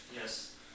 Yes